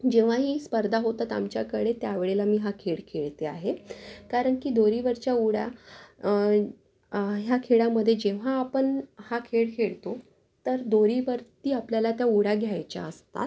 जेव्हाही स्पर्धा होतात आमच्याकडे त्या वेळेला मी हा खेळ खेळते आहे कारण की दोरीवरच्या उड्या ह्या खेळामध्ये जेव्हा आपण हा खेळ खेळतो तर दोरीवरती आपल्याला त्या उड्या घ्यायच्या असतात